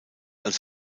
als